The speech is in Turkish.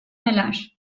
neler